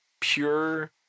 pure